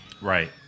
Right